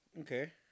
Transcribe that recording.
Okay